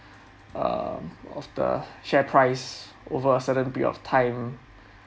err of the shares price over a certain period of time